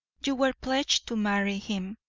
you were pledged to marry him.